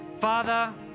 Father